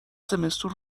زمستون